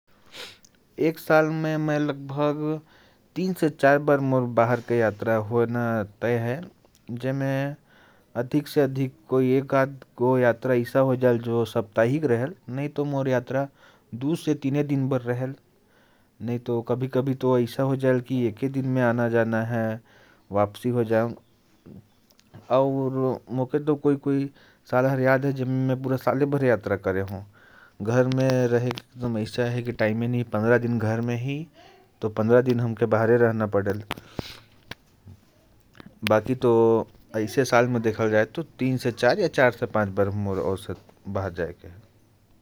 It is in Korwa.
एक साल में मोर लगभग तीन से चार बार बाहर की यात्रा होयल। और ऐसे तो मोर यात्रा एक से दो दिन के रहेल, नहीं तो कभी-कभी साप्ताहिक होजायल। कोई-कोई साल में तो ऐसा हुआ कि महीना के पंद्रह दिन घर से बाहर रहना पड़ा।